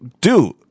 dude